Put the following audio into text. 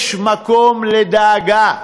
יש מקום לדאגה.